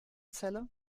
celle